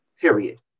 period